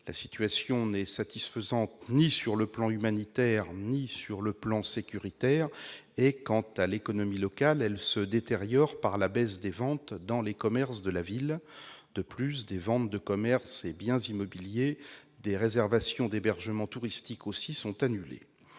La situation n'est satisfaisante sur le plan ni humanitaire ni sécuritaire. Quant à l'économie locale, elle se détériore par la baisse des ventes dans les commerces de la ville. De plus, des ventes de commerces et de biens immobiliers ainsi que des réservations d'hébergements touristiques sont annulées.